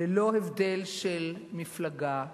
ללא הבדל של מפלגה.